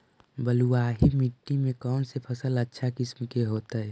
बलुआही मिट्टी में कौन से फसल अच्छा किस्म के होतै?